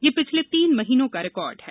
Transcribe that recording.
यह पिछले तीन महीनों का रिकॉर्ड है